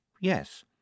yes